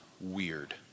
weird